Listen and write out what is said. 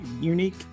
unique